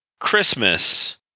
Christmas